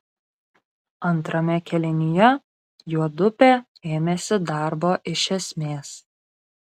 antrame kėlinyje juodupė ėmėsi darbo iš esmės